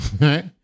Right